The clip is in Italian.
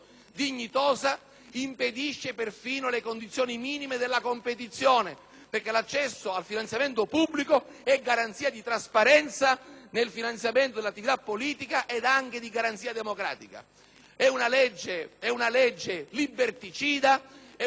perché l'accesso al finanziamento pubblico è garanzia di trasparenza nel finanziamento dell'attività politica e di democrazia. È una legge liberticida, una legge partorita contro le minoranze, una legge che semplifica